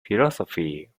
philosophy